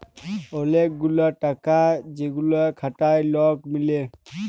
ওলেক গুলা টাকা যেগুলা খাটায় লক মিলে